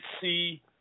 see